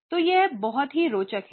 तो यह कुछ बहुत ही रोचक है